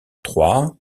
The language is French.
trois